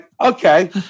okay